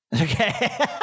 okay